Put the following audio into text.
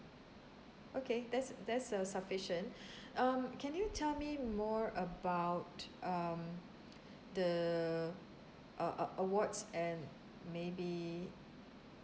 okay that's that's uh sufficient um can you tell me more about um the err err awards and maybe